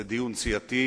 זה דיון סיעתי.